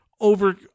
over